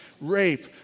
Rape